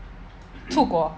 出国